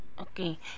okay